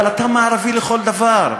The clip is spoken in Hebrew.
אבל אתה מערבי לכל דבר.